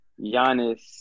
Giannis